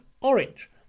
orange